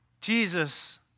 Jesus